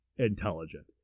intelligent